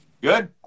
Good